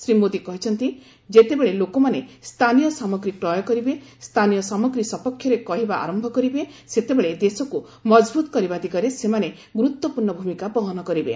ଶ୍ରୀ ମୋଦୀ କହିଛନ୍ତି ଯେତେବେଳେ ଲୋକମାନେ ସ୍ଥାନୀୟ ସାମଗ୍ରୀ କ୍ରୟ କରିବେ ସ୍ଥାନୀୟ ସାମଗ୍ରୀ ସପକ୍ଷରେ କହିବା ଆରମ୍ଭ କରିବେ ସେତେବେଳେ ଦେଶକୁ ମଜବୁତ କରିବା ଦିଗରେ ସେମାନେ ଗୁରୁତ୍ୱପୂର୍ଣ୍ଣ ଭୂମିକା ବହନ କରିବେ